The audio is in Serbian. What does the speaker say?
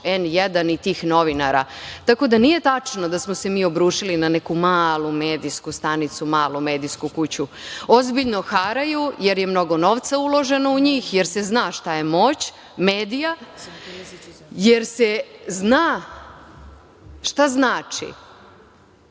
N1 i tih novinara. Tako da, nije tačno da smo se mi obrušili na neku malu medijsku stanicu, malu medijsku kuću. Ozbiljno haraju, jer je mnogo novca uloženo u njih, jer se zna šta je moć medija, jer se zna šta znači